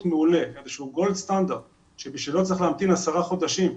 מעולה שבשבילו צריך להמתין 10 או 12 חודשים,